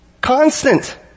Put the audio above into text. Constant